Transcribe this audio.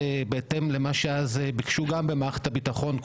בהתאם למה שאז ביקשו גם במערכת הביטחון,